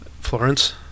Florence